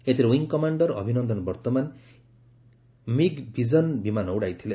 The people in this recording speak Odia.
ଏଥିରେ ୱିଙ୍ଗ୍ କମାଣ୍ଡର୍ 'ଅଭିନନ୍ଦନ ବର୍ଭମାନ୍' ଏମ୍ଆଇଜି ବିଜନ୍ ବିମାନ ଉଡ଼ାଇଥିଲେ